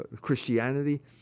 Christianity